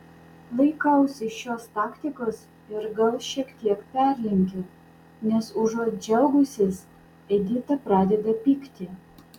laikausi šios taktikos ir gal šiek tiek perlenkiu nes užuot džiaugusis edita pradeda pykti